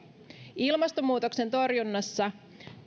ilmastonmuutoksen torjunnassa